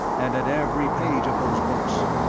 and at every page of those books.